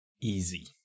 Easy